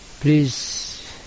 please